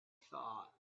thought